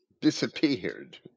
disappeared